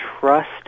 trust